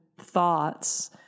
thoughts